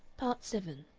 part seven